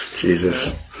Jesus